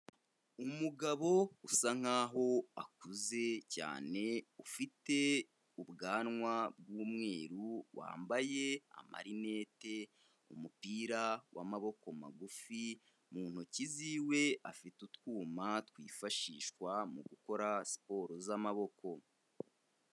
Umugabo usa nkaho akuze cyane ufite ubwanwa bw'umweru wambaye amarinete, umupira w'amaboko magufi, mu ntoki ziwe afite utwuma twifashishwa mu gukora siporo z'amaboko.